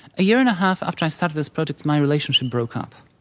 a year-and a half after i started this project, my relationship broke up.